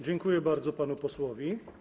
Dziękuję bardzo panu posłowi.